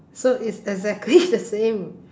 so it's exactly the same